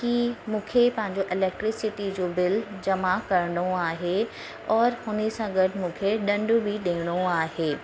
कि मूंखे पंहिंजो इलैक्ट्रिसिटी जो बिल जमा करिणो आहे और हुन सां गॾु मूंखे दंड बि ॾियणो आहे